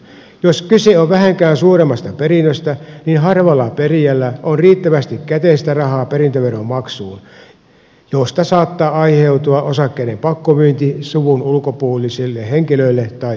jos kyse on vähänkään suuremmasta perinnöstä niin harvalla perijällä on riittävästi käteistä rahaa perintöveron maksuun mistä saattaa aiheutua osakkeiden pakkomyynti suvun ulkopuolisille henkilöille tai yhteisöille